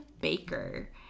Baker